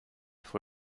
for